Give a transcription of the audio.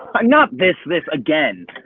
um not this this again.